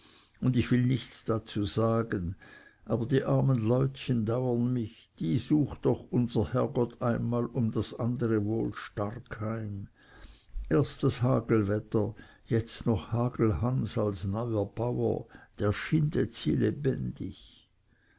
und ich will nichts dazu sagen aber die armen leutchen dauern mich die sucht doch unser herrgott einmal um das andere wohl stark heim erst das hagelwetter jetzt noch hagelhans als neuer bauer der schindet sie lebendig